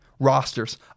Rosters